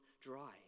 dry